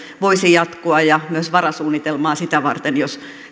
voisi jatkua ja myös varasuunnitelman sitä varten jos